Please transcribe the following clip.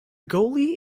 goalie